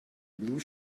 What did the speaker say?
blue